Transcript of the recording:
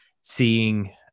seeing